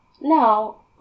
Now